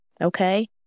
okay